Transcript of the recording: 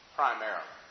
primarily